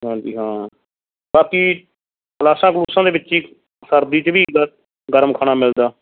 ਹਾਂਜੀ ਹਾਂ ਬਾਕੀ ਕਲਾਸਾਂ ਕਲੂਸਾਂ ਦੇ ਵਿੱਚ ਹੀ ਸਰਦੀ 'ਚ ਵੀ ਗ ਗਰਮ ਖਾਣਾ ਮਿਲਦਾ